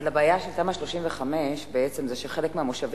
אבל הבעיה של תמ"א 35 בעצם זה שחלק מהמושבים,